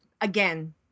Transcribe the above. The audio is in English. again